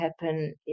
happen